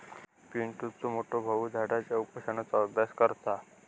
पिंटुचो मोठो भाऊ झाडांच्या पोषणाचो अभ्यास करता